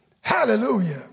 hallelujah